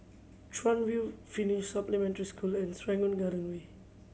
Chuan View Finnish Supplementary School and Serangoon Garden Way